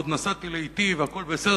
ועוד נסעתי לאטי והכול בסדר.